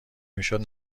میشد